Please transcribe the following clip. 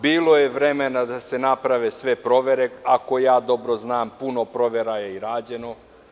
Bilo je vremena da se naprave sve provere, ako ja dobro znam puno provera je i rađeno.